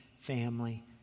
family